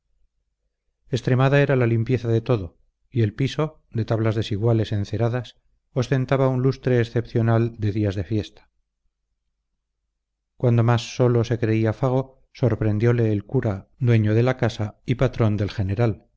extremada era la limpieza de todo y el piso de tablas desiguales enceradas ostentaba un lustre excepcional de días de fiesta cuando más solo se creía fago sorprendiole el cura dueño de la casa y patrón del general